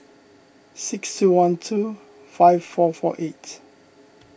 six two one two five four four eight